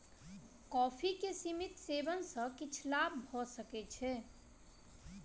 coffee के सीमित सेवन सॅ किछ लाभ भ सकै छै